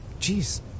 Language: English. Jeez